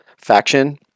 faction